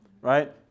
right